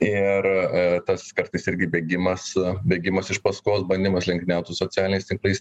ir tas kartais irgi bėgimas bėgimas iš paskos bandymas lenktyniaut su socialiniais tinklais